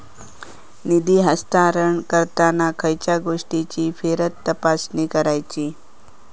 निधी हस्तांतरण करताना खयच्या गोष्टींची फेरतपासणी करायची?